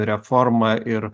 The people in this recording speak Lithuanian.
reforma ir